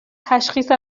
تشخیص